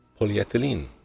polyethylene